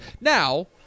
Now